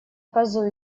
козу